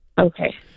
Okay